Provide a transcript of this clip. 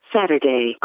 Saturday